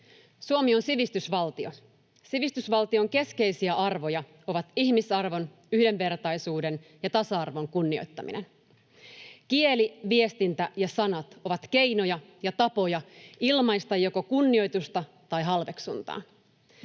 Suomi on sivistysvaltio. Sivistysvaltion keskeisiä arvoja on ihmisarvon, yhdenvertaisuuden ja tasa-arvon kunnioittaminen. Kieli, viestintä ja sanat ovat keinoja ja tapoja ilmaista joko kunnioitusta tai halveksuntaa.